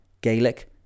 Gaelic